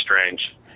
strange